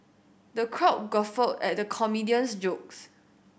the crowd guffawed at the comedian's jokes